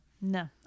No